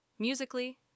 Musically